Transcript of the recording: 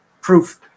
proof